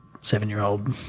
seven-year-old